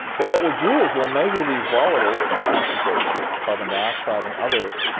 but what we'll do is we'll measure these volatile concentrations, carbon dioxide and others,